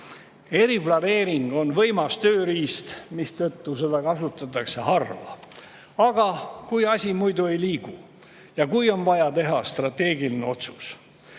Eriplaneering on võimas tööriist, mistõttu seda kasutatakse harva, seda tehakse siis, kui asi muidu ei liigu ja kui on vaja teha strateegiline otsus.